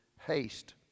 haste